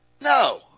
No